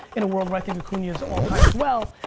in a world where i think acuna's all time as well,